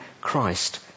Christ